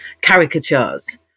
caricatures